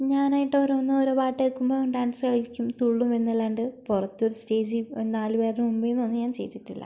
ഞാനായിട്ട് ഓരോന്നോരോ പാട്ട് കേൾക്കുമ്പോൾ ഡാൻസ് കളിക്കും തുള്ളും എന്നല്ലാണ്ട് പുറത്തൊരു സ്റ്റേജിൽ നാലുപേരുടെ മുമ്പിന്നൊന്നും ഞാൻ ചെയ്തിട്ടില്ല